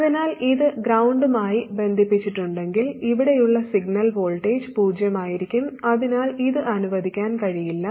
അതിനാൽ ഇത് ഗ്രൌണ്ട് മായി ബന്ധിപ്പിച്ചിട്ടുണ്ടെങ്കിൽ ഇവിടെയുള്ള സിഗ്നൽ വോൾട്ടേജ് പൂജ്യമായിരിക്കും അതിനാൽ ഇത് അനുവദിക്കാൻ കഴിയില്ല